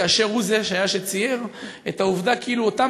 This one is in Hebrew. כאשר הוא היה זה שצייר את העובדה כאילו אותם